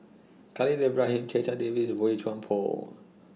Khalil Ibrahim Checha Davies Boey Chuan Poh